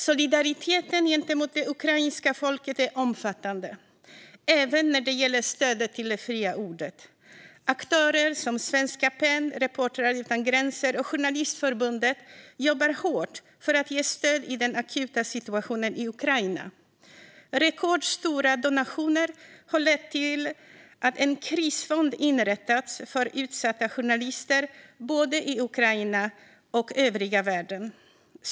Solidariteten gentemot det ukrainska folket är omfattande, även när det gäller stödet till det fria ordet. Aktörer som Svenska PEN, Reportrar utan gränser och Journalistförbundet jobbar hårt för att ge stöd i den akuta situationen i Ukraina. Rekordstora donationer har lett till att en krisfond inrättats för utsatta journalister både i Ukraina och i övriga världen.